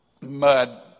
mud